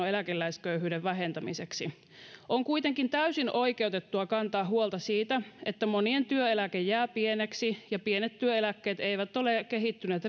eläkeläisköyhyyden vähentämiseksi on kuitenkin täysin oikeutettua kantaa huolta siitä että monien työeläke jää pieneksi ja pienet työeläkkeet eivät ole kehittyneet